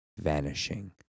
vanishing